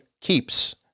KEEPS